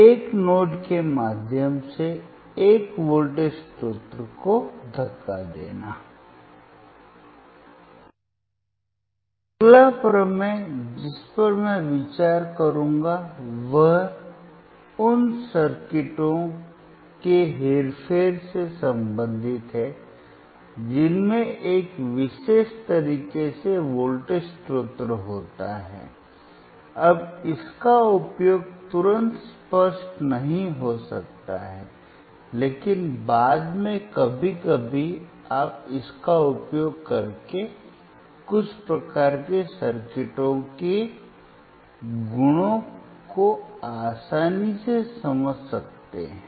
एक नोड के माध्यम से एक वोल्टेज स्रोत को धक्का देना अगला प्रमेय जिस पर मैं विचार करूंगा वह उन सर्किटों के हेरफेर से संबंधित है जिनमें एक विशेष तरीके से वोल्टेज स्रोत होता है अब इसका उपयोग तुरंत स्पष्ट नहीं हो सकता है लेकिन बाद में कभी कभी आप इसका उपयोग करके कुछ प्रकार के सर्किटों के गुणों को आसानी से समझ सकते हैं